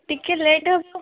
ଟିକେ ଲେଟ୍ ହେବ